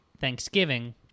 Thanksgiving